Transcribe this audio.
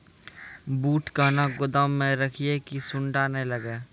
बूट कहना गोदाम मे रखिए की सुंडा नए लागे?